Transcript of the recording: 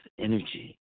energy